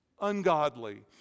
ungodly